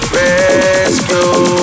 rescue